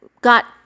got